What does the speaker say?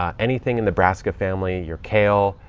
um anything in the brassica family, your kale,